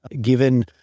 given